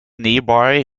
nearby